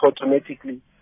automatically